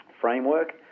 Framework